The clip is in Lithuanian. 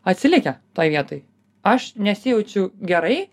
atsilikę toj vietoj aš nesijaučiu gerai